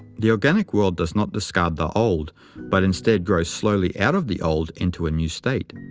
the organic world does not discard the old but instead grows slowly out of the old into a new state.